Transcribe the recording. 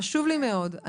חשוב לי מאוד,